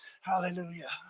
Hallelujah